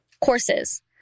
courses